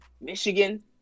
michigan